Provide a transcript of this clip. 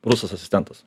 rusas asistentas